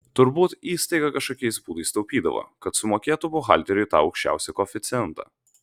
turbūt įstaiga kažkokiais būdais taupydavo kad sumokėtų buhalteriui tą aukščiausią koeficientą